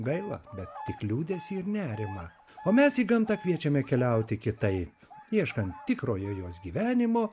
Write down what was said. gaila bet tik liūdesį ir nerimą o mes į gamtą kviečiame keliauti kitaip ieškant tikrojo jos gyvenimo